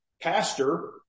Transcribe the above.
pastor